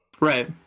right